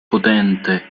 potente